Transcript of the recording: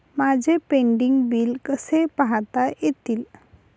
माझे pending bill कसे पाहता येईल?